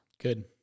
Good